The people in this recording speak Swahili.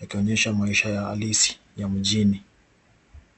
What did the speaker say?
yakionyesha maisha halisi ya mjini.